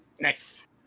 Nice